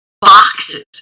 boxes